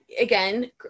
again